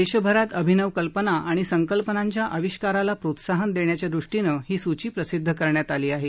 देशभरात अभिनव कल्पना आणि संकल्पनांच्या अविष्कारातला प्रोत्साहन देण्याच्या दृष्टीनं ही सूची प्रसिद्ध करण्यात आली आहे